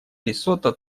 лесото